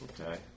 Okay